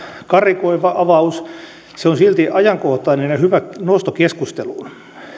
karrikoiva avaus se on silti ajankohtainen ja hyvä nosto keskusteluun